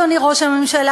אדוני ראש הממשלה,